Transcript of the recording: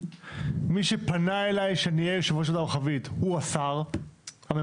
מי שפנה אליי שאני אהיה יושב ראש הוועדה המרחבית הוא השר הממונה.